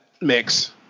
mix